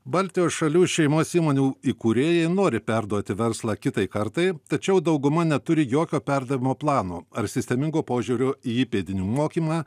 baltijos šalių šeimos įmonių įkūrėjai nori perduoti verslą kitai kartai tačiau dauguma neturi jokio perdavimo plano ar sistemingo požiūrio į įpėdinių mokymą